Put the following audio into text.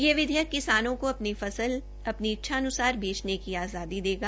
यह विधेयक किसानों को फसल अपनी इच्छान्सार बेचने की आज़ादी देगा